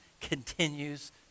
continues